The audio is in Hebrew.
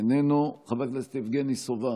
איננו, חבר הכנסת יבגני סובה,